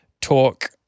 talk